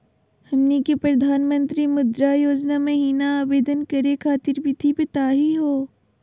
हमनी के प्रधानमंत्री मुद्रा योजना महिना आवेदन करे खातीर विधि बताही हो?